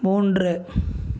மூன்று